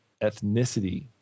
ethnicity